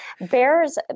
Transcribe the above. bears